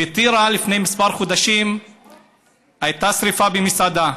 בטירה הייתה לפני כמה חודשים שרפה במסעדה.